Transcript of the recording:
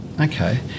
Okay